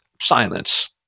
silence